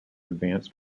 advanced